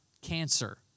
cancer